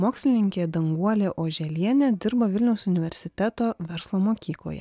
mokslininkė danguolė oželienė dirba vilniaus universiteto verslo mokykloje